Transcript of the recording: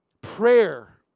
Prayer